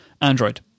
Android